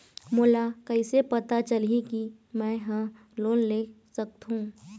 मोला कइसे पता चलही कि मैं ह लोन ले सकथों?